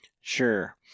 Sure